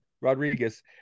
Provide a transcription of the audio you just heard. Rodriguez